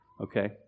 okay